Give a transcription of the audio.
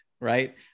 right